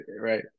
right